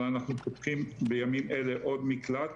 אבל אנחנו פותחים בימים אלה עוד מקלט